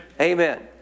Amen